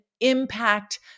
impact